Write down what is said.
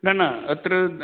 न न अत्र